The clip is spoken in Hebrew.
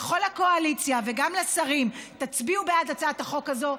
לכל הקואליציה וגם לשרים: תצביעו בעד הצעת החוק הזו,